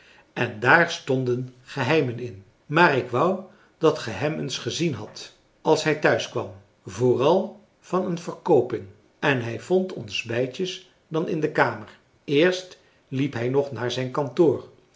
en daar stonden geheimen in maar ik wou dat ge hem eens gezien hadt als hij thuis kwam vooral van een verkooping en hij vond ons beidjes dan in de kamer eerst liep hij nog naar zijn kantoor